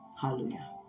hallelujah